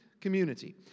community